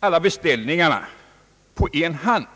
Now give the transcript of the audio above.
alla beställningar på en hand.